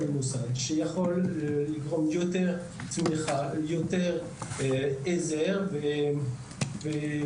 מוסד שיכול להוביל לתמיכה ועזרה עבור העולים,